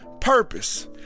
purpose